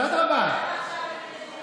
אז למה עכשיו אתם מתנגדים להצעת החוק,